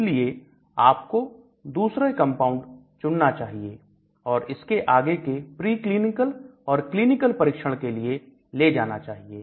इसलिए आपको दूसरा कंपाउंड चुनना चाहिए और इसको आगे के प्रीक्लिनिकल और क्लीनिकल परीक्षण के लिए ले जाना चाहिए